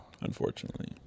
unfortunately